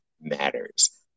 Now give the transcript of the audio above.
matters